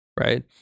right